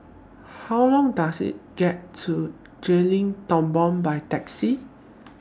How Long Does IT get to Tepong By Taxi